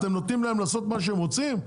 אתם נותנים לרשויות המקומיות לעשות מה שהם רוצים?